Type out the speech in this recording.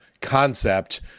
concept